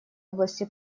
области